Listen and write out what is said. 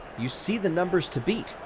you see the numbers to beat,